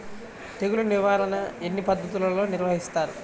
తెగులు నిర్వాహణ ఎన్ని పద్ధతులలో నిర్వహిస్తారు?